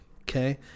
Okay